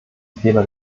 fehler